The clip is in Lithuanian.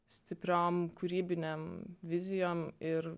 stipriom kūrybinėm vizijom ir